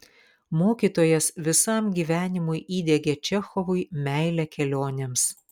mokytojas visam gyvenimui įdiegė čechovui meilę kelionėms